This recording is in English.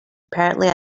apparently